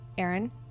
Aaron